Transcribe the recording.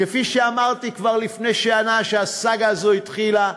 כפי שאמרתי כבר לפני שנה, כשהסאגה הזאת התחילה,